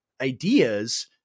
ideas